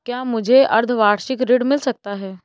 क्या मुझे अर्धवार्षिक ऋण मिल सकता है?